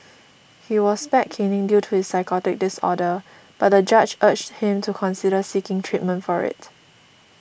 he was spared caning due to his psychotic disorder but the judge urged him to consider seeking treatment for it